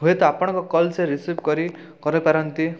ହୁଏତ ଆପଣଙ୍କ କଲ୍ ସିଏ ରିସିଭ୍ କରି କରିପାରନ୍ତି